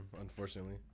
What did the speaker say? unfortunately